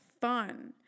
fun